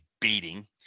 beating